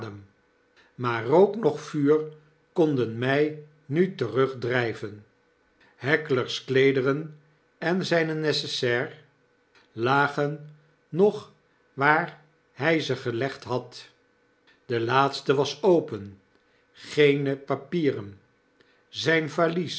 maar rook noch vuur konden my nu terugdryven heckler's kleederen en zyne necessaire lagen nog waar hy ze gelegd had de laatste was open geene papieren zyn valies